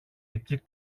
εκεί